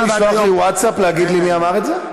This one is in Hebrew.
אפשר לשלוח לי ווטסאפ, להגיד לי מי אמר את זה?